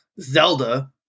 Zelda